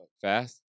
fast